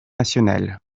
nationales